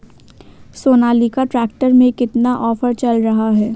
Sonalika tractor में कितना offer चल रहा है?